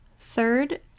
Third